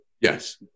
Yes